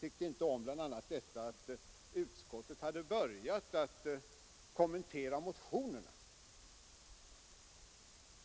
tyckte bl.a. inte om att utskottet hade börjat med att kommentera motionerna.